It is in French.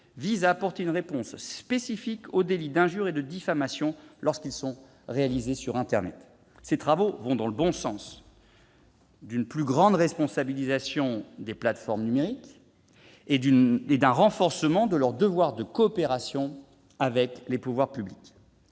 visent à apporter une réponse spécifique aux délits d'injure et de diffamation lorsqu'ils sont commis sur internet. Ces travaux vont dans le sens d'une plus grande responsabilisation des plateformes numériques et d'un renforcement de leur devoir de coopération avec les pouvoirs publics.